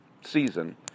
season